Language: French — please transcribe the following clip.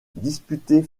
disputée